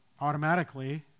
automatically